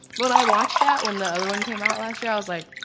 when i watched that when the other one came out last year, i was like,